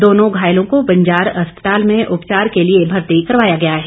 दोनों घायलों को बंजार अस्पताल में उपचार के लिए भर्ती करवाया गया है